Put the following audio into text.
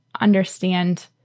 understand